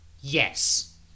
yes